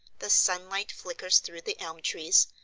the sunlight flickers through the elm trees,